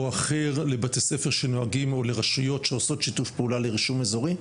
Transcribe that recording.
אחר לבתי ספר או רשויות שעושות שיתוף פעולה לרישום אזורי?